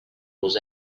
was